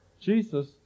Jesus